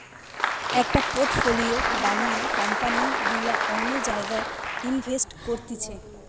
একটা পোর্টফোলিও বানিয়ে কোম্পানি গুলা অন্য জায়গায় ইনভেস্ট করতিছে